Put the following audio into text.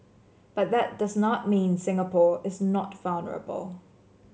but that does not mean Singapore is not vulnerable